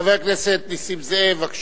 חבר הכנסת נסים זאב, בבקשה.